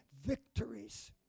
victories